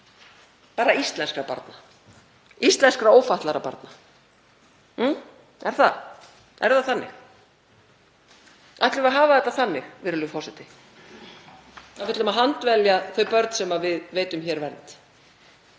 bara íslenskra barna, íslenskra ófatlaðra barna? Er það? Er það þannig? Ætlum við að hafa þetta þannig, virðulegur forseti, að við ætlum að handvelja þau börn sem við veitum hér vernd?